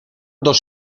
dos